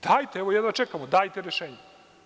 Dajte, evo jedva čekamo, dajte rešenje.